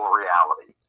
reality